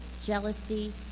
jealousy